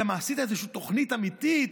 למה, עשית איזושהי תוכנית אמיתית?